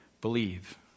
Believe